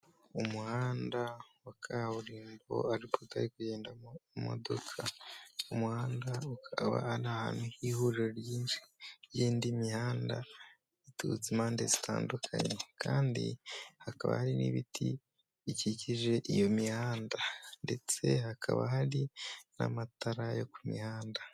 Umuhanda wa kaburimbo ariko utari kugenda imodoka. Umuhanda ukaba ari ahantu h'ihuriro ry'indi mihanda iturutse impande zitandukanye, kandi hakaba hari n'ibiti bikikije iyo mihanda ndetse hakaba hari n'amatara yo ku mihanda.